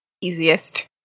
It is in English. easiest